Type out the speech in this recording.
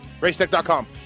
Racetech.com